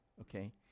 okay